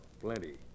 Plenty